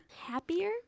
happier